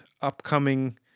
upcoming